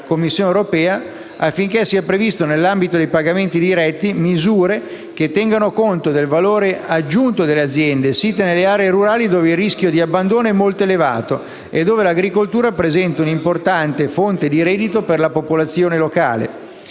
Commissione europea affinché siano previste, nell'ambito dei pagamenti diretti, misure che tengano conto del valore aggiunto che le aziende, site nelle aree rurali dove il rischio abbandono è molto alto e dove l'agricoltura rappresenta un'importante fonte di reddito per la popolazione locale,